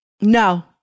No